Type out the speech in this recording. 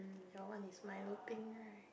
your one is milo peng right